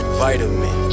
vitamin